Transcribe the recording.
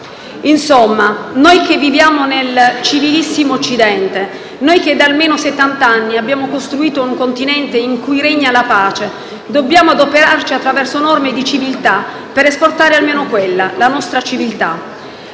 Insomma, noi che viviamo nel civilissimo Occidente, noi che da almeno settanta anni abbiamo costruito un continente in cui regna la pace, dobbiamo adoperarci attraverso norme di civiltà, per esportare almeno quella: la nostra civiltà.